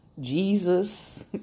Jesus